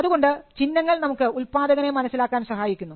അതുകൊണ്ട് ചിഹ്നങ്ങൾ നമുക്ക് ഉൽപ്പാദകനെ മനസ്സിലാക്കാൻ സഹായിക്കുന്നു